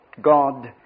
God